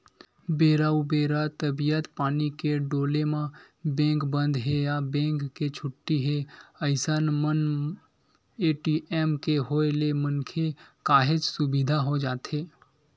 बेरा उबेरा तबीयत पानी के डोले म बेंक बंद हे या बेंक के छुट्टी हे अइसन मन ए.टी.एम के होय ले मनखे काहेच सुबिधा हो जाथे